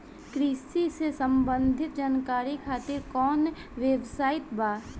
कृषि से संबंधित जानकारी खातिर कवन वेबसाइट बा?